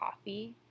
coffee